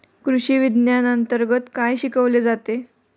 कृषीविज्ञानांतर्गत काय शिकवले जाते?